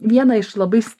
vieną iš labais